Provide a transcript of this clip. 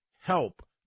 help